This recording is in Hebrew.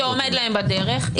שעומד להם בדרך,